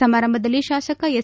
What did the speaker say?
ಸಮಾರಂಭದಲ್ಲಿ ಶಾಸಕ ಎಸ್